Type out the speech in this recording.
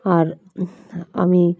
আর আমি